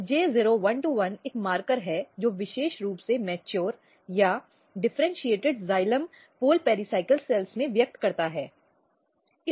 J0121 एक मार्कर है जो विशेष रूप से परिपक्व या डिफ़र्इन्चीएटिड जाइलम ध्रुव पेराइकल कोशिकाओं में व्यक्त करता है